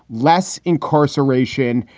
less incarceration,